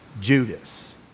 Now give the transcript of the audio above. Judas